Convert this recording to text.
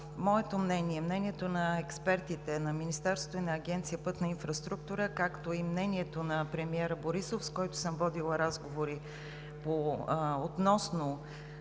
моето мнение, мнението на експертите – на Министерството, и на Агенция „Пътна инфраструктура“, както и мнението на премиера Борисов, с който съм водила разговори относно